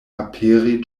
aperi